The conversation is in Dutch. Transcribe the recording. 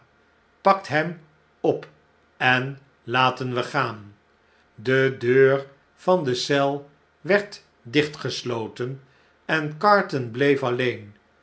pakt hem op en laten we gaan de deur van de eel werd dichtgesloten en carton bleef alleen